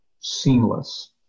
seamless